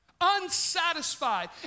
unsatisfied